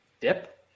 Dip